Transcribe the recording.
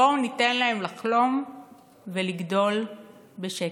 בואו ניתן להם לחלום ולגדול בשקט.